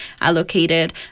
allocated